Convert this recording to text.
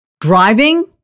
driving